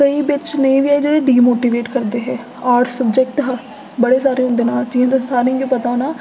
केई बिच नेहं बी ऐहे जेह्ड़े डिमोटिवेट करदे हे आर्टस सब्जैक्ट हा बड़े सारे होंदे न जि'यां सारें गी पता होना